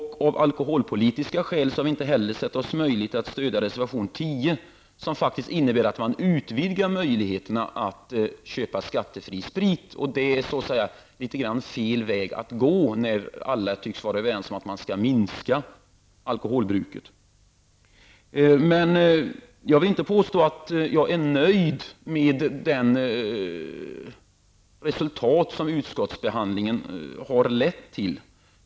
Av alkoholpolitiska skäl har vi inte heller sett det möjligt att stödja reservation nr 10, som faktiskt innebär att man skulle utvidga möjligheterna att köpa skattefri sprit. Det är fel väg att gå när alla tycks vara överens om att man skall minska alkoholbruket. Jag vill dock inte påstå att jag är nöjd med det resultat som utskottsbehandlingen har lett till.